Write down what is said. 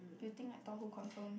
you think I thought who confirm